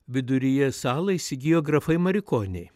viduryje salą įsigijo grafai marikoniai